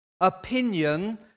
opinion